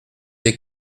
des